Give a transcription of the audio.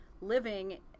living